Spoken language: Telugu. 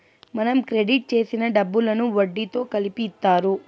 మనం క్రెడిట్ చేసిన డబ్బులను వడ్డీతో కలిపి ఇత్తారు